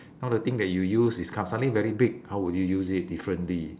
now the thing that you use is co~ suddenly very big how would you use it differently